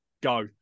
go